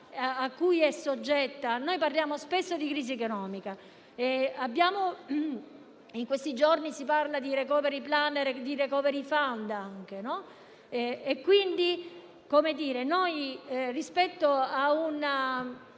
Parliamo spesso di crisi economica e in questi giorni si parla di *recovery plan* e di *recovery fund*.